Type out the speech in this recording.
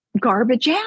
garbage